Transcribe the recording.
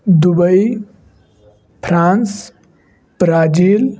Dubai France Brazil